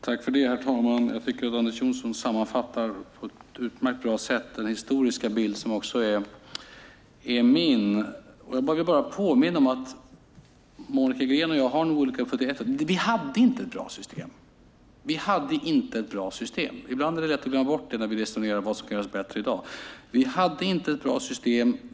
Herr talman! Anders W Jonsson sammanfattar på ett utmärkt bra sätt den historiska bild som också är min: Vi hade inte ett bra system. Ibland är det lätt att glömma bort det när vi resonerar om vad som skulle kunna göras bättre.